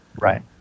Right